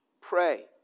pray